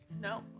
No